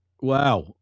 Wow